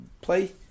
play